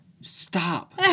stop